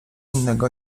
innego